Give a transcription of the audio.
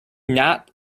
not